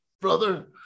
brother